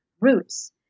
roots